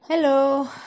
Hello